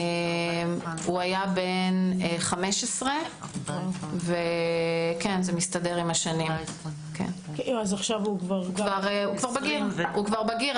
הוא היה בן 15. הוא כבר בגיר.